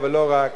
אבל לא רק,